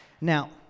Now